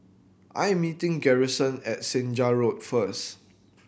I am meeting Garrison at Senja Road first